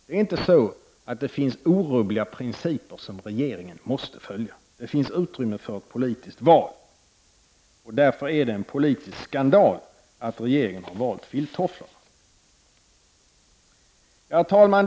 Det är inte så att det finns orubbliga principer som regeringen måste följa — det finns utrymme för ett politiskt val. Därför är det en politisk skandal att regeringen valt filttofflorna. Herr talman!